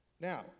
Now